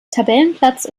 tabellenplatz